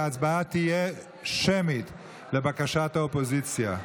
וההצבעה תהיה שמית לבקשת האופוזיציה.